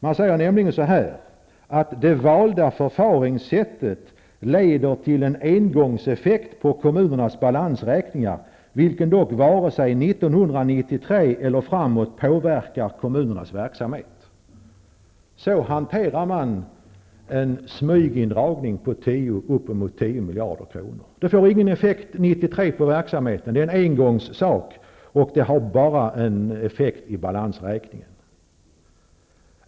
Det sägs: ''Däremot leder det valda förfaringssättet till en engångseffekt på kommunernas balansräkningar vilken dock vare sig 1993 eller framåt påverkar kommunernas verksamhet.'' På det sättet hanterar man en smygindragning på upp emot 10 miljarder kronor. Det får ingen effekt på verksamheten 1993. Det är en engångsföreteelse, och det får effekt bara i balansräkningen.